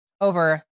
over